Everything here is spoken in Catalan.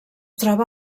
troba